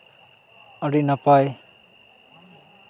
ᱟᱹᱰᱤ ᱱᱟᱯᱟᱭ